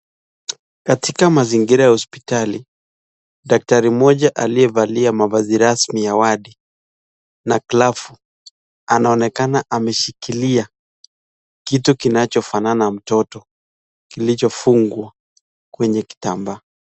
Katika mazingira ya hospitali daktari mmoja aliyevalia mavazi rasmi ya wadi na glavu anaonekana ameshikilia kitu kinachofanana na mtoto kilichofungwa kwenye kitambaa.